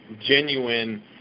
genuine